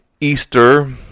Easter